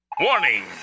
Warning